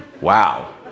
Wow